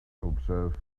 observe